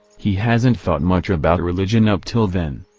he hasn't thought much about religion up till then.